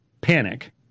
panic